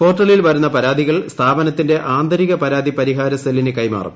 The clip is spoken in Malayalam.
പോർട്ടലിൽ വരുന്ന പരാതികൾ സ്ഥാപനത്തിന്റെ ആന്തരിക പരാതി പരിഹാര സെല്ലിന് കൈമാറും